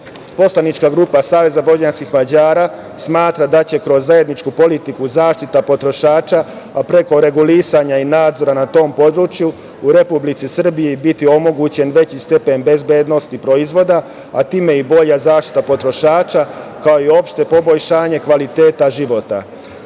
lete. Poslanička grupa SVM, smatra da će kroz zajedničku politiku, zaštita potrošača, a preko regulisanja i nadzora na tom području, u Republici Srbiji, biti omogućen veći stepen bezbednosti proizvoda, a time i bolja zaštita potrošača, kao i opšte poboljšanje kvaliteta života. Tako